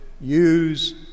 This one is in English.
use